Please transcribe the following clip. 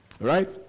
right